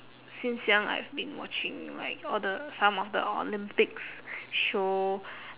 since young I've been watching like all the some of the olympics show